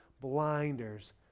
blinders